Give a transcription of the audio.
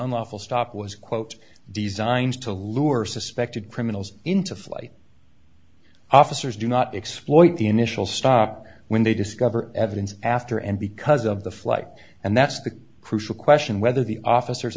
unlawful stop was quote designed to lure suspected criminals into flight officers do not exploit the initial stop or when they discover evidence after and because of the flight and that's the crucial question whether the officers